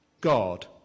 God